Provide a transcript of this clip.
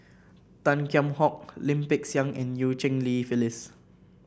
Tan Kheam Hock Lim Peng Siang and Eu Cheng Li Phyllis